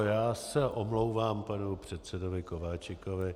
Já se omlouvám panu předsedovi Kováčikovi.